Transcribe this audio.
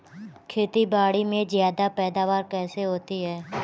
खेतीबाड़ी में ज्यादा पैदावार कैसे होती है?